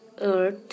earth